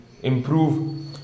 Improve